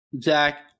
Zach